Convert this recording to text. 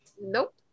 nope